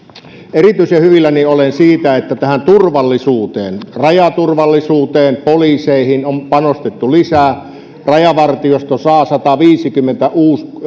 erityisen hyvilläni olen siitä että turvallisuuteen rajaturvallisuuteen poliiseihin on panostettu lisää rajavartiosto saa sataviisikymmentäkuusi